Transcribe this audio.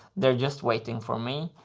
they're just waiting for me.